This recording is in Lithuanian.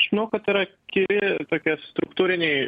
aš manau kad yra keli tokie struktūriniai